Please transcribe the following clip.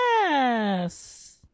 Yes